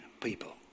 people